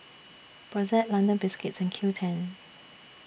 Brotzeit London Biscuits and Qoo ten